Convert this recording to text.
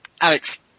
Alex